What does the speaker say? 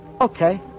okay